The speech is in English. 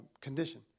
condition